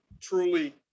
truly